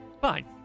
Fine